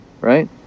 right